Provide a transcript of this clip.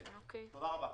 זו דוגמה אחת, גברתי